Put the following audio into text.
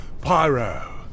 Pyro